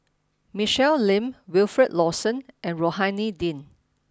Michelle Lim Wilfed Lawson and Rohani Din